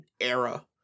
era